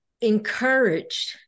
encouraged